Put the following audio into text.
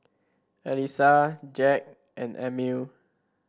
Alissa Jack and Emil